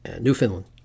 Newfoundland